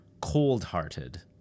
cold-hearted